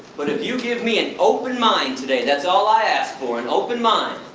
but if you give me an open mind today, that's all i ask for, an open mind,